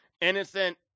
innocent